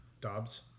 Dobbs